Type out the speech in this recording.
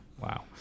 Wow